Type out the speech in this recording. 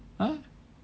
!huh!